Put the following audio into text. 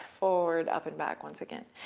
forward, up, and back once again.